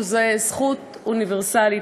שזה זכות אוניברסלית,